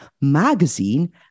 magazine